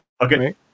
okay